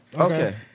Okay